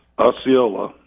Osceola